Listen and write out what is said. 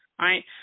Right